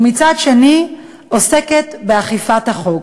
ומצד שני עוסקת באכיפת החוק.